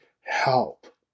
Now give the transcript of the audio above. help